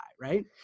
right